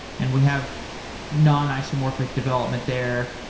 and we have non-isomorphic development there.